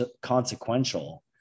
consequential